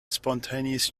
spontaneous